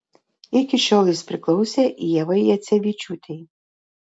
iki šiol jis priklausė ievai jacevičiūtei